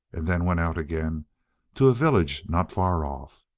and then went out again to a village not far off.